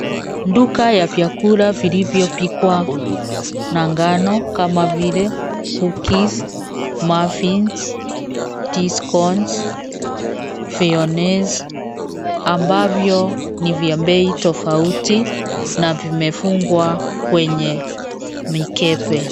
Duka ya vyakula vilivyopikwa na ngano kama vile cookies, maffins, tea scones, fionnes ambavyo ni vya bei tofauti na vimefungwa kwenye mikebe.